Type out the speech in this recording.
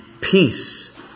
peace